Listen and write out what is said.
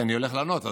כי אני הולך לענות,